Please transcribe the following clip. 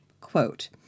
quote